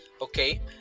okay